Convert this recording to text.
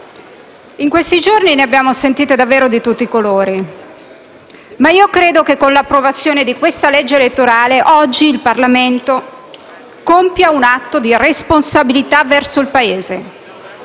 in questi giorni ne abbiamo sentite davvero di tutti i colori, ma credo che con l'approvazione di questa legge elettorale oggi il Parlamento compia un atto di responsabilità verso il Paese.